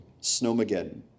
Snowmageddon